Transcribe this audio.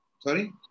Sorry